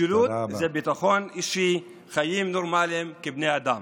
משילות זה ביטחון אישי, חיים נורמליים כבני אדם.